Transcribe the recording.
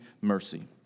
mercy